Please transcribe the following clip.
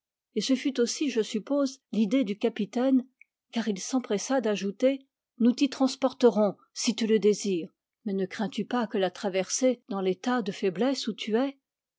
et ce fut aussi je suppose l'idée du capitaine car il s'empressa d'ajouter nous t'y transporterons si tu le désires mais ne crains-tu pas que la traversée dans l'état de faiblesse où tu es